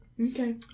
Okay